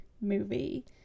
movie